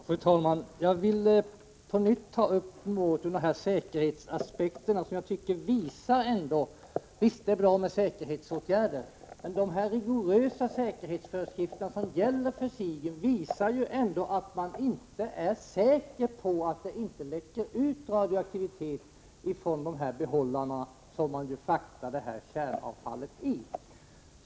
Fru talman! Jag vill på nytt ta upp detta med säkerhetsaspekterna, som jag tycker visar att visst är det bra med säkerhetsåtgärder, men de här rigorösa säkerhetsföreskrifterna som gäller för Sigyn ger ändå vid handen, att man inte är säker på att det inte läcker ut radioaktivitet från dessa behållare, i vilka man fraktar kärnavfallet.